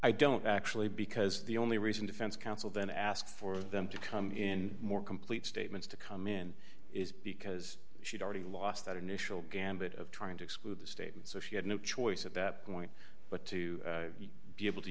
i don't actually because the only reason defense counsel then ask for them to come in more complete statements to come in is because she'd already lost that initial gambit of trying to exclude the statement so she had no choice at that point but to be able to